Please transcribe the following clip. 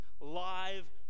live